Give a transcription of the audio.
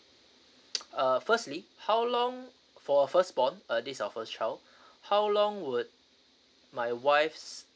uh firstly how long for first born uh this is our first child how long would my wife's